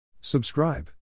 Subscribe